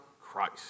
Christ